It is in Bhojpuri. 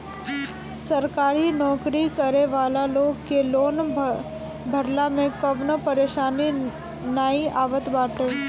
सरकारी नोकरी करे वाला लोग के लोन भरला में कवनो परेशानी नाइ आवत बाटे